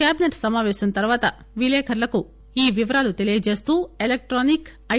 cabinet సమాపేశం తర్పాత విలేకర్లకు ఈ వివరాలు తెలియజేస్తూ ఎలక్షానిక్ ఐ